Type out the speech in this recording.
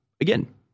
again